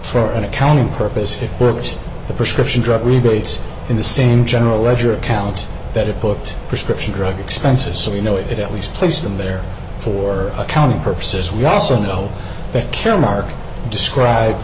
for an accounting purpose it works the prescription drug rebates in the same general ledger account that it booked prescription drugs francis so you know it at least placed them there for accounting purposes we also know that caremark described